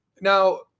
Now